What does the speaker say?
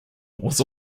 was